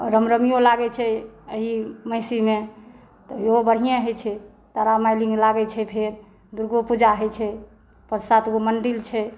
रामनवमियो लागै छै एहि महिषीमे ओहो बढ़िए होइ छै तारा माय लग लागै छै फेर दुर्गो पूजा होइ छै पाँच सात गो मंदिल छै